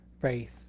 faith